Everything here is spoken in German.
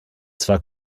zwar